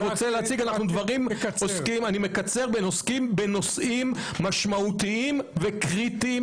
והדברים עוסקים בנושאים משמעותיים וקריטיים